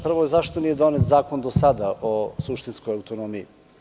Prvo, zašto nije donet zakon do sada o suštinskoj autonomiji.